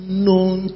known